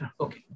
Okay